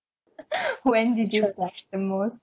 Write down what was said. when did you blush the most